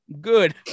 Good